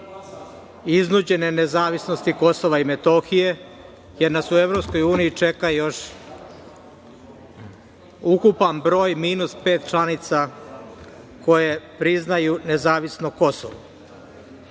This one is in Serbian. iznuđene nezavisnosti Kosova i Metohije, jer nas u EU čeka još ukupan broj, minus pet članica, koje priznaju nezavisno Kosovo.